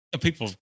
people